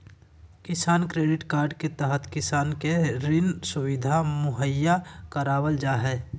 किसान credit card के तहत किसान के ऋण सुविधा मुहैया करावल जा हय